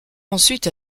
ensuite